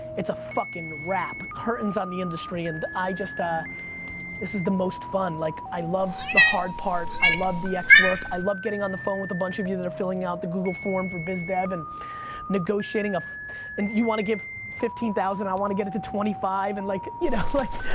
it's a fuckin' wrap. curtains on the industry and i just, ah this is the most fun. like i love the hard part, i love the x work, i love getting on the phone with a bunch of you that are filling out the google form for biz dev and negotiating, if you wanna give fifteen thousand, i wanna get it to twenty five and like, you know like,